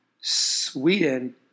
Sweden